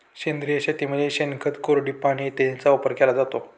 सेंद्रिय शेतीमध्ये शेणखत, कोरडी पाने इत्यादींचा वापर केला जातो